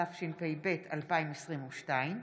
התשפ"ב 2022,